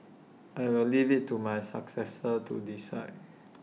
I will leave IT to my successor to decide